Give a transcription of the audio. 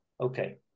Okay